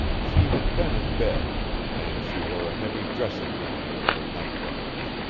she had been in bed and she wore a heavy dressing gown over her night garments.